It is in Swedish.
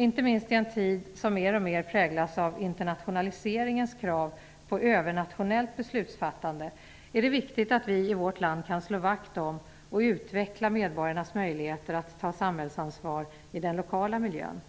Inte minst i en tid som mer och mer präglas av internationaliseringens krav på överstatligt beslutsfattande är det viktigt att vi i vårt land kan slå vakt om och utveckla medborgarnas möjligheter att ta samhällsansvar i den lokala miljön.